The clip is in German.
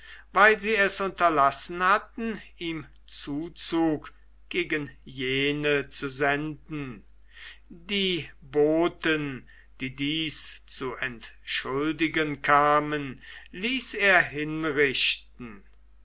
weil sie es unterlassen hatten ihm zuzug gegen jene zu senden die boten die dies zu entschuldigen kamen ließ er hinrichten